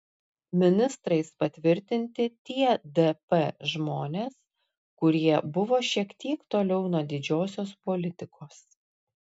ministrais patvirtinti tie dp žmonės kurie buvo šiek tiek toliau nuo didžiosios politikos